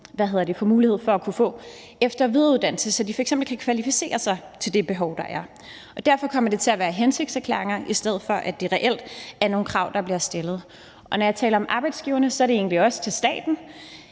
får mulighed for at kunne få efter- og videreuddannelse, så de f.eks. kan kvalificere sig til det behov, der er. Derfor kommer det til at være hensigtserklæringer, i stedet for at det reelt er nogle krav, der bliver stillet. Og når jeg taler om arbejdsgiverne, er det egentlig også staten.